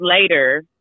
later